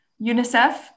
UNICEF